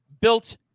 built